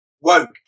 Woke